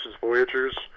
Voyagers